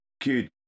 good